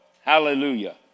Hallelujah